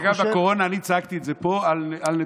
גם בקורונה אני צעקתי את זה פה על נתניהו.